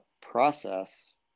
process